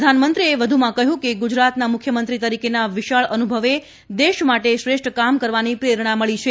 પ્રધાનમંત્રીએ વધમાં કહ્યું કે ગુજરાતના મુખ્યમંત્રી તરીકેના વિશાળ અનુભવે દેશ માટે શ્રેષ્ઠ કામ કરવાની પ્રેરણા મળી છે